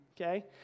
okay